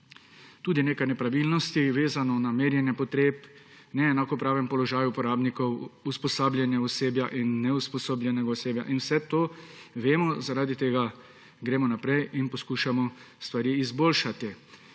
tudi nekaj nepravilnosti, vezano na merjenje potreb, neenakopraven položaj uporabnikov, usposabljanje osebja in neusposobljenega osebja. Vse to vemo, zaradi tega gremo naprej in poskušamo stvari izboljšati.